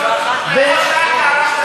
מה קרה.